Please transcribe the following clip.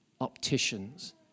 opticians